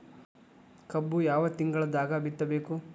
ಕಬ್ಬು ಯಾವ ತಿಂಗಳದಾಗ ಬಿತ್ತಬೇಕು?